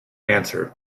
answer